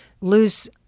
lose